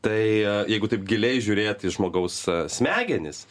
tai jeigu taip giliai žiūrėt į žmogaus smegenis